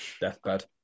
Deathbed